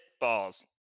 balls